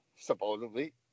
supposedly